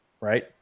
Right